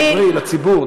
דברי לציבור,